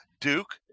Duke